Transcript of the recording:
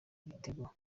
ibitego